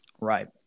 right